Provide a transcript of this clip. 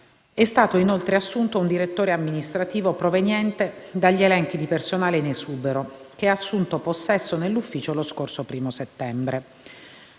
è stato, inoltre, assunto un direttore amministrativo, proveniente dagli elenchi di personale in esubero, che ha assunto possesso nell'ufficio lo scorso 1° settembre.